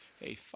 hey